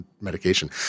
medication